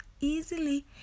easily